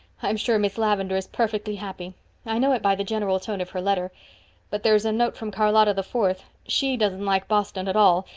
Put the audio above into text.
i am sure miss lavendar is perfectly happy i know it by the general tone of her letter but there's a note from charlotta the fourth. she doesn't like boston at all,